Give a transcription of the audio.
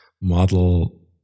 model